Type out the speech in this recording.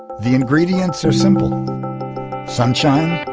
the ingredients are simple sunshine,